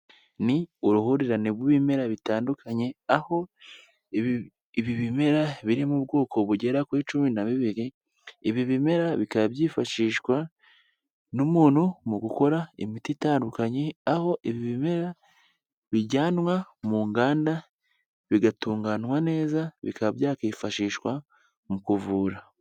Ni uruhurirane rw'ibimera bitandukanye aho ibi bimera biri mu bwoko bugera kuri cumi na bubiri, ibi bimera bikaba byifashishwa n'umuntu mu gukora imiti itandukanye, aho ibi bimera bijyanwa mu nganda bigatunganywa neza, bikaba byakwifashishwa mu kuvura.